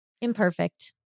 Imperfect